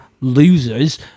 losers